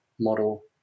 Model